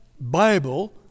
Bible